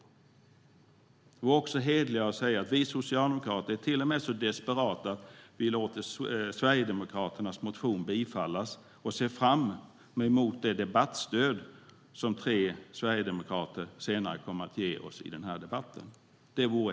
Det vore hederligare av Helén Pettersson att säga att vi socialdemokrater är till och med så desperata att vi låter Sverigedemokraternas motion bifallas och ser fram emot det debattstöd som tre sverigedemokrater senare kommer att ge oss i den här debatten.